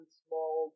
small